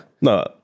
No